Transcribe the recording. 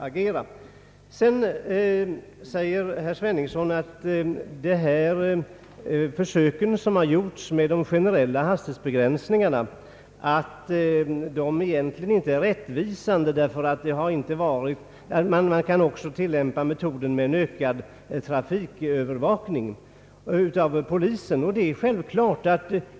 Vidare säger herr Sveningsson att de försök som har gjorts med generella hastighetsbegränsningar egentligen inte är rättvisande och att man också kan tillämpa metoden att låta polisen övervaka trafiken i större utsträckning.